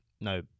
No